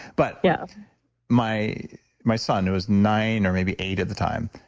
but yeah my my son who was nine or maybe eight at the time,